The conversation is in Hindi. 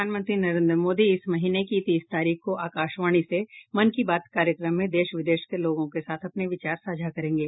प्रधानमंत्री नरेन्द्र मोदी इस महीने की तीस तारीख को आकाशवाणी से मन की बात कार्यक्रम में देश विदेश के लोगों के साथ अपने विचार साझा करेंगे